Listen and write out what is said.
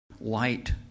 Light